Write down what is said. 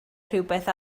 rhywbeth